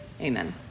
Amen